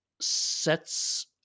sets